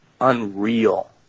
unreal